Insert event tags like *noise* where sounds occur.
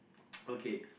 *noise* okay